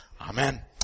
Amen